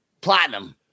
platinum